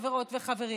חברות וחברים,